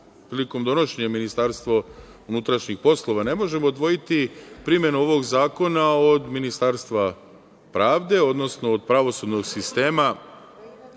prilikom donošenja Ministarstvo unutrašnjih poslova, ne možemo odvojiti primenu ovog zakona, od Ministarstva pravde, odnosno od pravosudnog sistema,